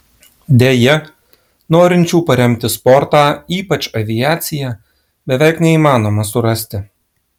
deja norinčių paremti sportą ypač aviaciją beveik neįmanoma surasti